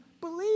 believe